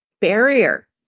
barrier